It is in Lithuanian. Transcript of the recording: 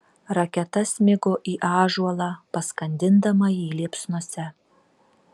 raketa smigo į ąžuolą paskandindama jį liepsnose